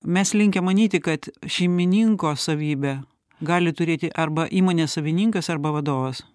mes linkę manyti kad šeimininko savybę gali turėti arba įmonės savininkas arba vadovas